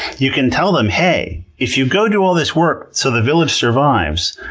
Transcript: you can tell them, hey, if you go do all this work, so the village survives,